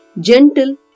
gentle